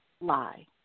lie